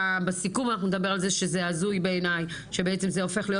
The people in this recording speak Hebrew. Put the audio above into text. בסיכום אנחנו נדבר על זה שזה הזוי בעיניי שבעצם זה הופך להיות